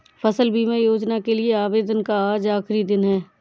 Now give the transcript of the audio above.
फसल बीमा योजना के लिए आवेदन का आज आखरी दिन है